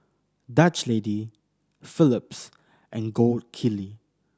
Dutch Lady Phillips and Gold Kili